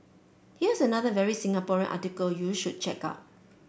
here's another very Singaporean article you should check out